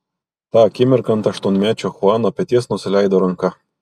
tą akimirką ant aštuonmečio chuano peties nusileido ranka